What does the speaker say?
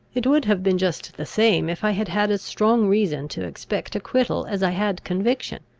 it would have been just the same, if i had had as strong reason to expect acquittal as i had conviction.